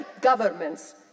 governments